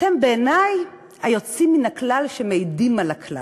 אתם בעיני היוצאים מן הכלל שמעידים על הכלל.